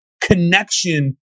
connection